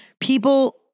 People